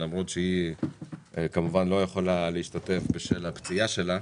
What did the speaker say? למרות שהיא לא יכולה להשתתף בשל הפציעה שלה.